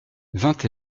vingt